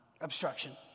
obstruction